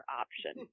option